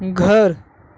گھر